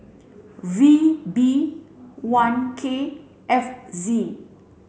V B one K F Z